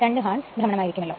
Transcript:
2 hertz ഭ്രമണം ആയിരികുമലോ